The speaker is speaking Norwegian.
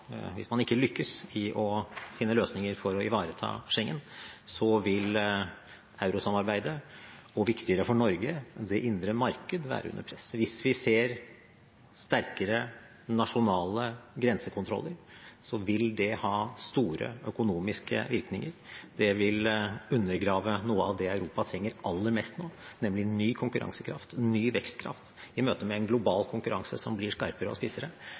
viktigere for Norge – være under press. Hvis vi ser sterkere nasjonale grensekontroller, vil det ha store økonomiske virkninger. Det vil undergrave noe av det Europa trenger aller mest nå, nemlig ny konkurransekraft og ny vekstkraft i møte med en global konkurranse som blir skarpere og spissere.